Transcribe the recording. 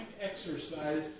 exercise